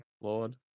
Lord